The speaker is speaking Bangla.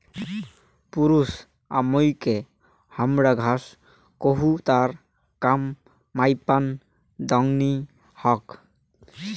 পুরুছ আমুইকে হামরা ষাঁড় কহু তার কাম মাইপান দংনি হোক